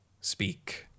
speak